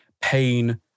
pain